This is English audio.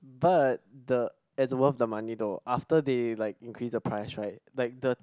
but the it's worth the money though after they like increased the price right like the